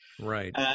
Right